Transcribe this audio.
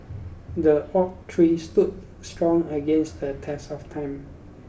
the oak tree stood strong against the test of time